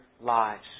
lives